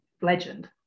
legend